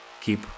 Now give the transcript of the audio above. keep